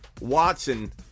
Watson